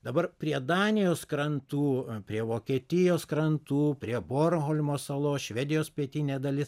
dabar prie danijos krantų prie vokietijos krantų prie bornholmo salos švedijos pietinė dalis